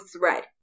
thread